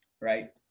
right